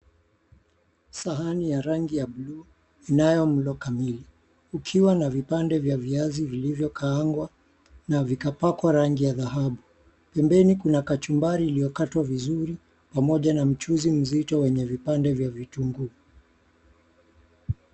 Sahani ya rangi ya buluu, inayo mlo kamili , Ikiwa na vipande vya viazi vilivyokaangwa na vikapakwa rangi ya dhahabu. Pembeni kuna kachumbari iliyokatwa vizuri pamoja na mchuzi mzito Wenye vipande vya vitunguu.